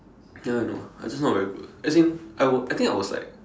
ya I know I just not very good as in I was I think I was like